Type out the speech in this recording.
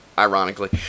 ironically